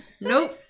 Nope